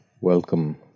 welcome